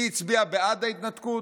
מי הצביע בעד ההתנתקות,